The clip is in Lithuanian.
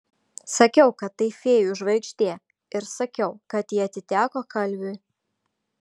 sakiau kad tai fėjų žvaigždė ir sakiau kad ji atiteko kalviui